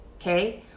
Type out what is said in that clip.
okay